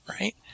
right